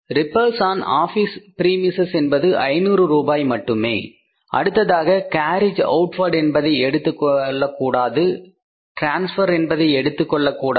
repairs on office premises என்பது 500 ரூபாய் மட்டுமே அடுத்ததாக கேரியேஜ் அவுட்வார்ட் என்பதை எடுத்துக்கொள்ளக்கூடாது டிரான்ஸ்பர் என்பதை எடுத்துக் கொள்ளக் கூடாது